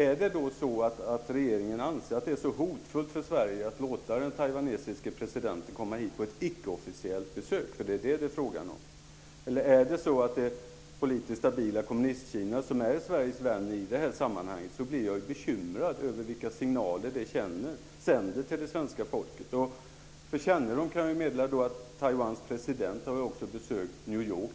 Anser regeringen att det är så hotfullt för Sverige att låta den taiwanesiske presidenten komma hit på ett icke-officiellt besök? Det är nämligen vad det är fråga om. Om det är så att det är det politiskt stabila Kommunist-Kina som är Sveriges vän i det här sammanhanget blir jag bekymrad över vilka signaler det sänder till det svenska folket. För kännedom kan jag meddela att Taiwans president också har varit i t.ex. New York